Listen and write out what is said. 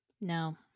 No